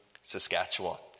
Saskatchewan